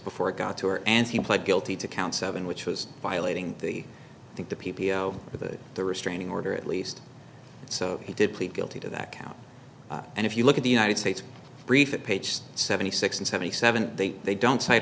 before it got to her and he pled guilty to count seven which was violating the think the p p o with the restraining order at least so he did plead guilty to that count and if you look at the united states briefing page seventy six and seventy seven they they don't